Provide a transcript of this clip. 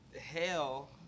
hell